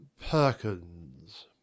Perkins